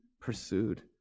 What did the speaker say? pursued